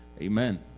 Amen